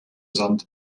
sand